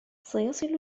سيصل